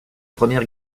première